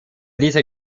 dieser